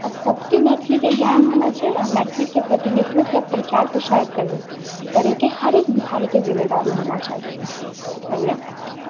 आ सभके मैथिलीके ज्ञान होना चाही मैथिलीके प्रतिनिधित्वके प्रचार प्रसार करना करएके हरेक बिहारिके जिम्मेदारी होना चाही धन्यवाद